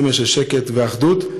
סמל של שקט ואחדות.